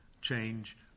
change